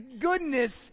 goodness